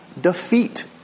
defeat